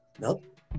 nope